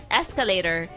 escalator